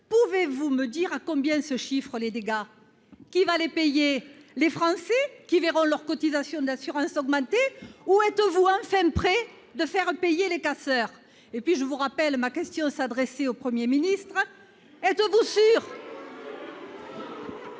Pouvez-vous me dire à combien se chiffrent les dégâts ? Qui va les payer ? Les Français, qui verront leurs cotisations d'assurance augmenter ? Êtes-vous enfin prêt à faire payer les casseurs ? Je vous le rappelle, ma question s'adressait au Premier ministre ... Il se